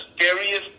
scariest